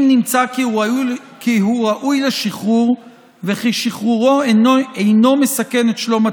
אם נמצא כי הוא ראוי לשחרור וכי שחרורו אינו מסכן את שלום הציבור.